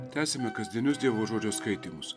tęsiame kasdienius dievų žodžio skaitymus